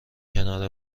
کنار